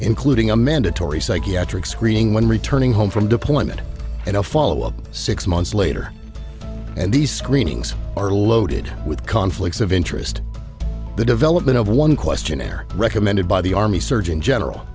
including a mandatory psychiatric screening when returning home from deployment and a follow up six months later and these screenings are loaded with conflicts of interest the development of one questionnaire recommended by the army surgeon general